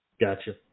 Gotcha